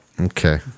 Okay